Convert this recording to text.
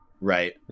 Right